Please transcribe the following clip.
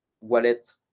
wallet